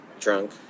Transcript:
drunk